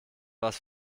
was